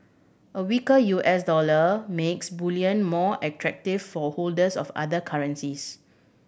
a weaker U S dollar makes bullion more attractive for holders of other currencies